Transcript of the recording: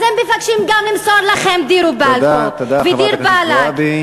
אז הם מבקשים גם למסור לכם: "דירו באלכום" ו"דיר באלכ".